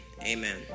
Amen